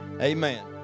Amen